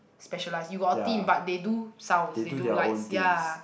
specialized you got a team but they do sounds they do lights ya